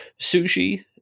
sushi